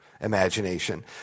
imagination